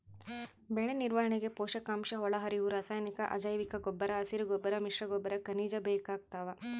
ಬೆಳೆನಿರ್ವಹಣೆಗೆ ಪೋಷಕಾಂಶಒಳಹರಿವು ರಾಸಾಯನಿಕ ಅಜೈವಿಕಗೊಬ್ಬರ ಹಸಿರುಗೊಬ್ಬರ ಮಿಶ್ರಗೊಬ್ಬರ ಖನಿಜ ಬೇಕಾಗ್ತಾವ